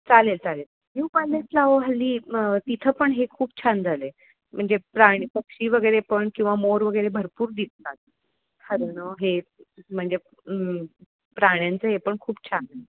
चालेल चालेल न्यू पालेसला अहो हल्ली मग तिथं पण हे खूप छान झालं आहे म्हणजे प्राणी पक्षी वगैरे पण किंवा मोर वगैरे भरपूर दिसतात हरणं हे म्हणजे प्राण्यांचं हे पण खूप छान